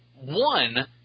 one